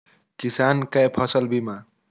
किसान कै फसल बीमा?